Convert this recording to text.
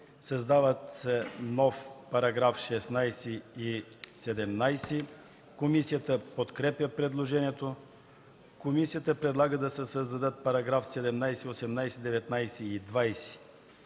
създаване на нови § 16 и 17. Комисията подкрепя предложението. Комисията предлага да се създадат параграфи 17, 18, 19 и 20: